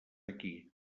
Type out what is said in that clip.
aquí